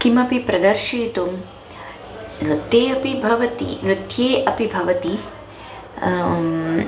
किमपि प्रदर्शयितुं नृत्ये अपि भवति नृत्ये अपि भवति